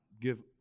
give